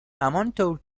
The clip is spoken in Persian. همانطور